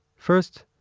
first,